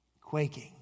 quaking